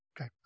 Okay